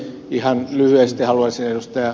ihan lyhyesti haluaisin ed